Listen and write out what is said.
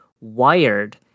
wired